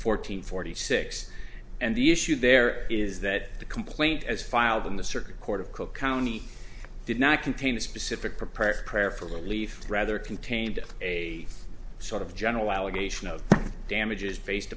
fourteen forty six and the issue there is that the complaint as filed in the circuit court of cook county did not contain a specific prepared prayer for relief rather contained a sort of general allegation of damages based